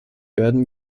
werden